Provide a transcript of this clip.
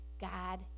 God